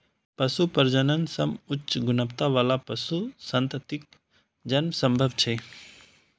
पशु प्रजनन सं उच्च गुणवत्ता बला पशु संततिक जन्म संभव छै